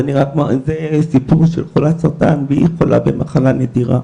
זה סיפור של חולת סרטן, והיא חולה במחלה נדירה.